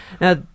Now